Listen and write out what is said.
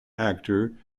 actor